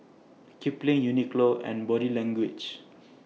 Kipling Uniqlo and Body Language